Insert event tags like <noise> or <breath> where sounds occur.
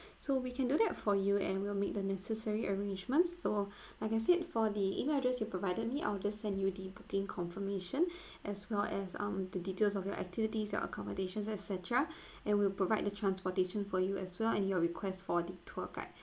so we can do that for you and we'll make the necessary arrangements so <breath> like I said for the email address you provided me I'll just send you the booking confirmation <breath> as well as um the details of your activities your accommodations et cetera <breath> and we'll provide the transportation for you as well and your request for the tour guide <breath>